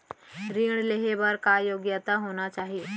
ऋण लेहे बर का योग्यता होना चाही?